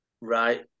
Right